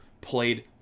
played